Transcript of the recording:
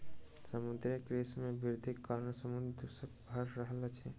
समुद्रीय कृषि मे वृद्धिक कारणेँ समुद्र दूषित भ रहल अछि